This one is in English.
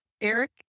Eric